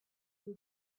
blew